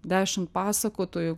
dešimt pasakotojų